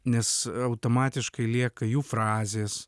nes automatiškai lieka jų frazės